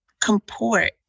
comport